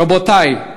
רבותי,